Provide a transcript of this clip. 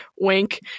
Wink